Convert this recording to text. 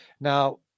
Now